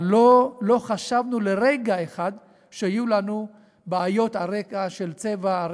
אבל לא חשבנו לרגע אחד שיהיו לנו בעיות על רקע של צבע,